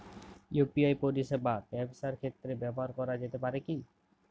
UPI পরিষেবা ব্যবসার ক্ষেত্রে ব্যবহার করা যেতে পারে কি?